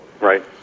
Right